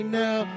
now